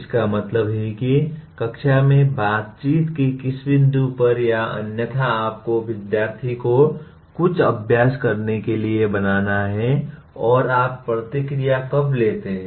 इसका मतलब है कि कक्षा में बातचीत के किस बिंदु पर या अन्यथा आपको विद्यार्थी को कुछ अभ्यास करने के लिए बनाना है और आप प्रतिक्रिया कब लेते हैं